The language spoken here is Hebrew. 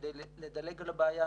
כדי לדלג על הבעיה.